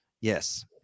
yes